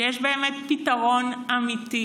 שיש באמת פתרון אמיתי,